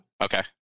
Okay